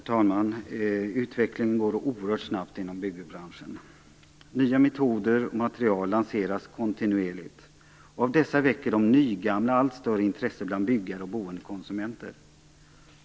Herr talman! Utvecklingen går oerhört snabbt inom byggbranschen. Nya metoder och material lanseras kontinuerligt, och av dessa väcker de "nygamla" allt större intresse bland byggare och boendekonsumenter.